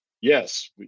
Yes